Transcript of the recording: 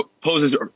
poses